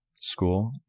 school